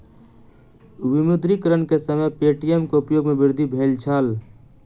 विमुद्रीकरण के समय पे.टी.एम के उपयोग में वृद्धि भेल छल